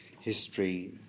history